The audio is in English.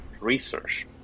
research